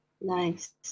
Nice